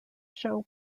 show